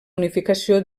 unificació